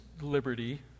liberty